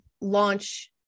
launch